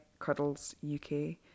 CuddlesUK